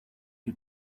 que